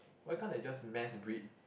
why can't they just mass breed